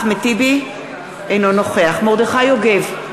אינו נוכח מרדכי יוגב,